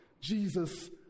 Jesus